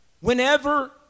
Whenever